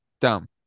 Dumb